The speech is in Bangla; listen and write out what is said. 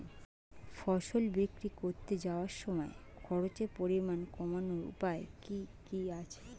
ফসল বিক্রি করতে যাওয়ার সময় খরচের পরিমাণ কমানোর উপায় কি কি আছে?